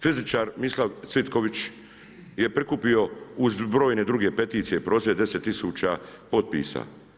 Fizičar Mislav Cvitković jer prikupio uz brojne druge peticije i prosvjede 10 tisuća potpisa.